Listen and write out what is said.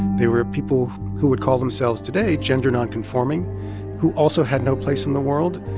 they were people who would call themselves today gender nonconforming who also had no place in the world.